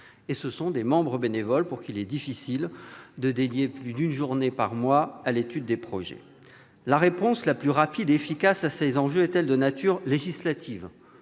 que leurs membres sont bénévoles, il leur est donc difficile de consacrer plus d'une journée par mois à l'étude des projets. La réponse la plus rapide et efficace à ces enjeux est-elle de nature législative ?